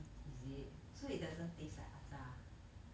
is it so it doesn't taste like acar